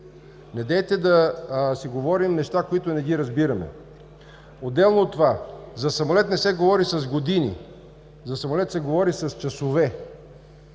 Недейте да си говорим неща, които не ги разбираме. За самолет не се говори с години, за самолет се говори с часове